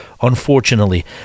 Unfortunately